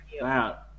Wow